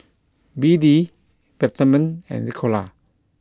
B D Peptamen and Ricola